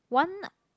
one